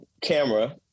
camera